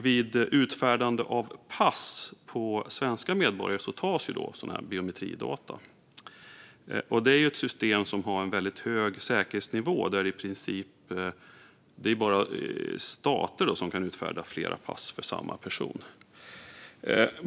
Vid utfärdande av pass på svenska medborgare tas biometridata. Det är ett system med hög säkerhetsnivå, och det är i princip bara stater som kan utfärda flera pass för samma person.